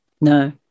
No